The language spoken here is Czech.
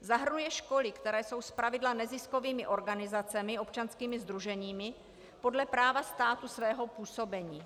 Zahrnuje školy, které jsou zpravidla neziskovými organizacemi, občanskými sdruženími podle práva státu svého působení.